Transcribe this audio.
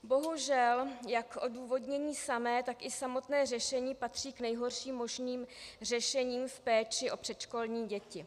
Bohužel, jak odůvodnění samé, tak i samotné řešení patří k nejhorším možným řešením v péči o předškolní děti.